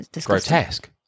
grotesque